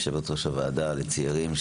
יושבת-ראש הוועדה לענייני הצעירים,